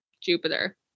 Jupiter